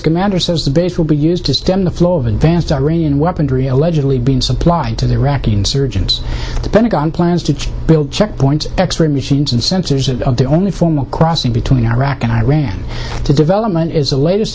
commander says the base will be used to stem the flow of advanced iranian weaponry allegedly being supplied to the iraqi insurgents the pentagon plans to build checkpoint x ray machines and sensors are the only formal crossing between iraq and iran to development is the latest